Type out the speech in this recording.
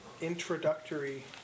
introductory